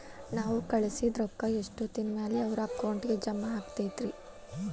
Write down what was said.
ನಾವು ಕಳಿಸಿದ್ ರೊಕ್ಕ ಎಷ್ಟೋತ್ತಿನ ಮ್ಯಾಲೆ ಅವರ ಅಕೌಂಟಗ್ ಜಮಾ ಆಕ್ಕೈತ್ರಿ?